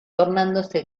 tornándose